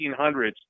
1800s